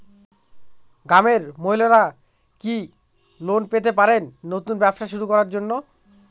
গ্রামের মহিলারা কি কি ঋণ পেতে পারেন নতুন ব্যবসা শুরু করার জন্য?